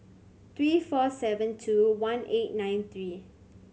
three four seven two one eight nine three